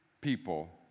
people